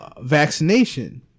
vaccination